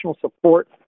support